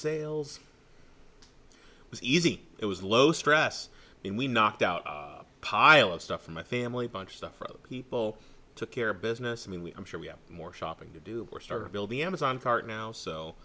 sales was easy it was low stress and we knocked out pile of stuff for my family bunch stuff for other people took care of business i mean i'm sure we have more shopping to do or start to build the amazon cart now so